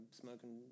smoking